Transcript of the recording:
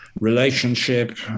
relationship